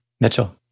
Mitchell